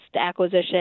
acquisition